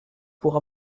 pourra